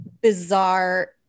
bizarre